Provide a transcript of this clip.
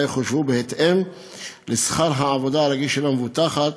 יחושבו בהתאם לשכר העבודה הרגיל של המבוטחת